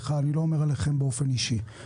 ואני לא אומר עליכם באופן אישי,